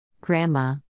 Grandma